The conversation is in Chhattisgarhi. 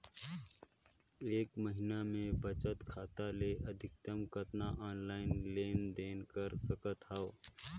एक महीना मे बचत खाता ले अधिकतम कतना ऑनलाइन लेन देन कर सकत हव?